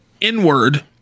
inward